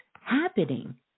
happening